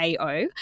AO